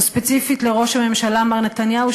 או ספציפית לראש הממשלה מר נתניהו,